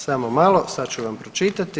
Samo malo, sad ću vam pročitati.